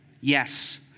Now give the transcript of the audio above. Yes